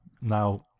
Now